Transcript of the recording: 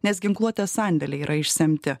nes ginkluotės sandėliai yra išsemti